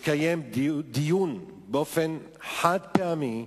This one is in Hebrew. לקיים דיון באופן חד-פעמי,